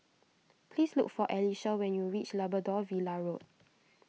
please look for Alyssia when you reach Labrador Villa Road